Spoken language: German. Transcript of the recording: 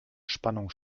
spannung